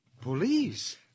Police